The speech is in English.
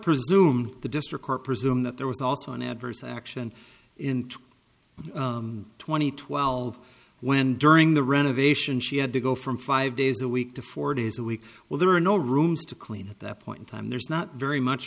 presume the district court presume that there was also an adverse action in two thousand and twelve when during the renovation she had to go from five days a week to four days a week well there are no rooms to clean that point in time there's not very much